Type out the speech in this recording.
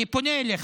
אני פונה אליך.